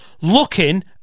looking